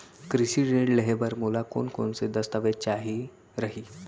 कृषि ऋण लेहे बर मोला कोन कोन स दस्तावेज चाही रही?